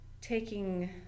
taking